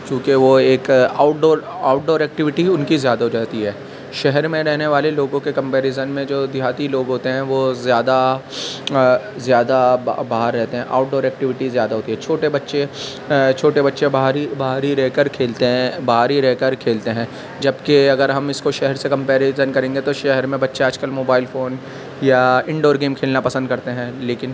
چونکہ وہ ایک outdoor outdoor activity ہے اُن کی زیادہ ہو جاتی ہے شہر میں رہنے والے لوگوں کے کمپیریزن میں جو دیہاتی لوگ ہوتے ہیں وہ زیادہ زیادہ باہر رہتے ہیں آوٹ ڈور ایکٹیویٹی زیادہ ہوتی ہے چھوٹے بچے چھوٹے بچے باہر ہی باہر ہی رہ کر کھیلتے ہیں باہر ہی رہ کر کھیلتے ہیں جب کہ اگر ہم اِس کو شہر سے کمپیریزن کریں گے تو شہر میں بچہ آج کل موبائل فون یا انڈور گیم کھیلنا پسند کرتے ہیں لیکن